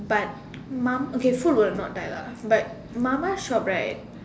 but mum okay food will not die lah but mama shop right